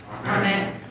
Amen